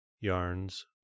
yarns